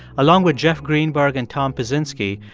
along with jeff greenberg and tom pyszczynski,